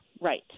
Right